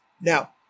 Now